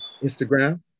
Instagram